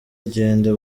igenda